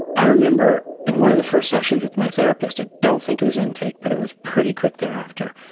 i remember in one of the first sessions with my therapist, i don't think it was intake, but it was pretty quick thereafter,